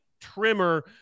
trimmer